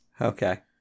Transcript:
Okay